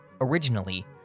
Originally